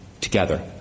together